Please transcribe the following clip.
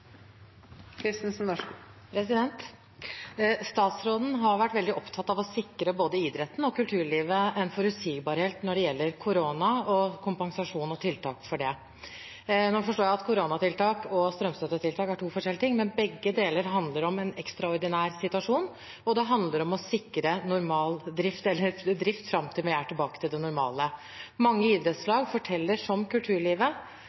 Statsråden har vært veldig opptatt av å sikre både idretten og kulturlivet en forutsigbarhet når det gjelder korona, og kompensasjon og tiltak for det. Nå forstår jeg at koronatiltak og strømstøttetiltak er to forskjellige ting, men begge deler handler om en ekstraordinær situasjon, og det handler om å sikre drift fram til vi er tilbake til det normale. Mange idrettslag forteller, som kulturlivet,